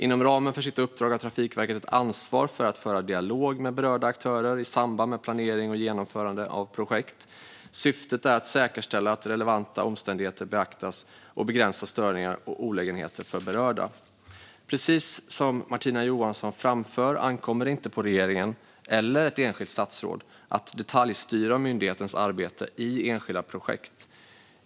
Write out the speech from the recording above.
Inom ramen för sitt uppdrag har Trafikverket ett ansvar att föra dialog med berörda aktörer i samband med planering och genomförande av projekt. Syftet är att säkerställa att relevanta omständigheter beaktas och begränsa störningar och olägenheter för berörda. Precis som Martina Johansson framför ankommer det inte på regeringen eller ett enskilt statsråd att detaljstyra myndighetens arbete i enskilda projekt.